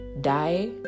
die